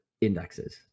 indexes